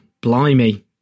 blimey